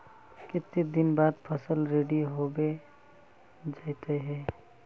केते दिन बाद फसल रेडी होबे जयते है?